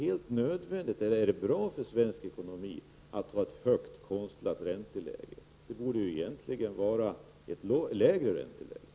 Är det då bra för svensk ekonomi med ett konstlat högt ränteläge? Det borde ju då egentligen vara ett lågt ränteläge.